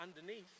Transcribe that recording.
underneath